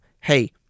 hey